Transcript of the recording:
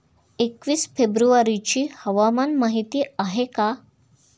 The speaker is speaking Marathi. एकवीस फेब्रुवारीची हवामान माहिती आहे का?